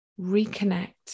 reconnect